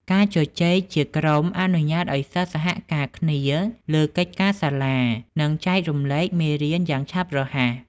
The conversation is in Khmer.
ការជជែកជាក្រុមអនុញ្ញាតឱ្យសិស្សសហការគ្នាលើកិច្ចការសាលា និងចែករំលែកមេរៀនយ៉ាងឆាប់រហ័ស។